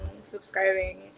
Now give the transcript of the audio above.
subscribing